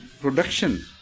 production